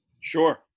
Sure